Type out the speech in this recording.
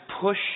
push